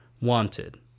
wanted